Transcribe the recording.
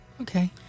Okay